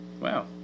Wow